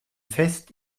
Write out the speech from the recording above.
fest